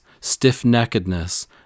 stiff-neckedness